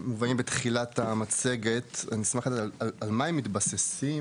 בתחילת המצגת אשמח לדעת על מה הם מתבססים,